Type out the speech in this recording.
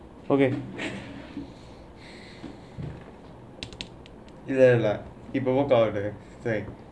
okay you know இதெல்லாம் இப்பே வருது:ithellaam ippe varuthu